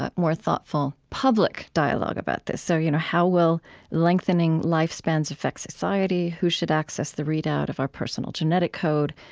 ah more thoughtful public dialogue about this. so, you know, how will lengthening life spans effect society? who should access the readout of our personal genetic code?